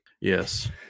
Yes